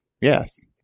Yes